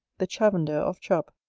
the chavender of chub